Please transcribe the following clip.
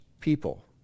people